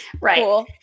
right